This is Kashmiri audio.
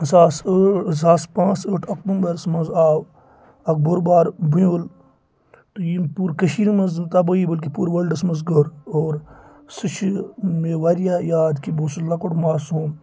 زٕ ساس ٲٹھ زٕ ساس پانٛژھ ٲٹھ اَکتوٗمبرَس منٛز آو اَکھ بوٚر بار بنیُل تہٕ یِم پوٗرٕ کٔشیٖر منٛز تَبٲہی بٔلکہِ پوٗرٕ وٲلڈَس منٛز کٔر اور سُہ چھِ مےٚ واریاہ یاد کہِ بہٕ اوسُس لَکُٹ ماسوٗم